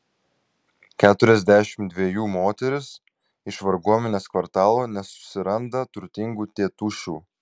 keturiasdešimt dvejų moteris iš varguomenės kvartalo nesusiranda turtingų tėtušių